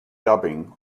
dubbing